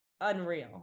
unreal